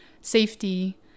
safety